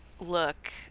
look